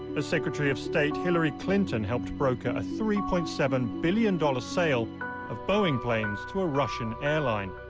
as secretary of state, hillary clinton helped broker a three point seven billion dollar sale of boeing planes to a russian airline.